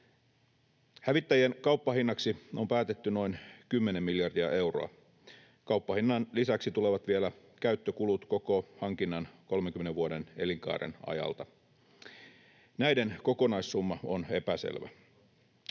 Hävittäjien kauppahinnaksi on päätetty noin 10 miljardia euroa. Kauppahinnan lisäksi tulevat vielä käyttökulut koko hankinnan 30 vuoden elinkaaren ajalta. Näiden kokonaissumma on epäselvä.